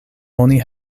oni